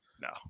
no